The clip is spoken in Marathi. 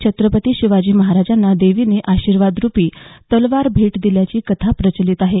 छत्रपती शिवाजी महाराजांना देवीने आशीर्वादरुपी तलवार भेट दिल्याची कथा प्रचलित आहे